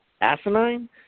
asinine